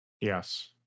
Yes